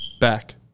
Back